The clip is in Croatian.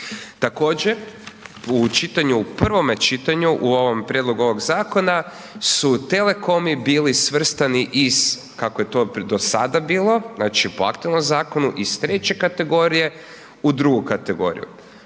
čitanju, u prvome čitanju u prijedlogu ovog zakona su telekomi bili svrstani iz, kako je to do sada bilo, znači, po aktualnom zakonu, iz treće kategorije u drugu kategoriju.